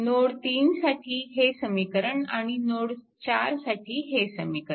node 3 साठी हे समीकरण आणि नोड 4 साठी हे समीकरण